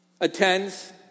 attends